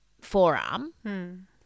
forearm